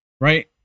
right